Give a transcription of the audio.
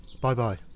Bye-bye